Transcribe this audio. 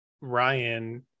ryan